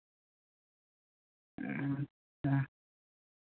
ᱟᱪᱪᱷᱟ